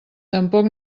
tampoc